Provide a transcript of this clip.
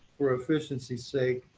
for efficiency sake,